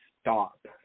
stop